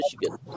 Michigan